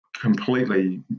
completely